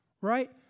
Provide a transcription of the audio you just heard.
Right